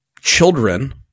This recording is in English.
children